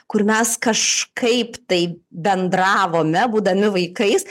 kur mes kažkaip tai bendravome būdami vaikais